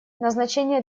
назначение